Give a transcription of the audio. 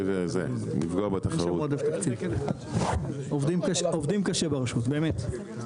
11 ולבוא לשר האוצר ולהגיד לו חבובי -- לא,